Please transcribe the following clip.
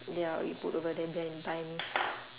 ya or you put over there and then and buy me